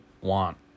want